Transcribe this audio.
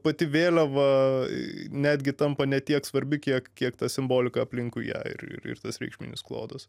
pati vėliava netgi tampa ne tiek svarbi kiek kiek ta simbolika aplinkui ją ir tas reikšminis klodas